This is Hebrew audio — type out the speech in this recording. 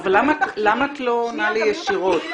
גם יהיו תחקירים